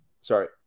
sorry